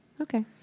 Okay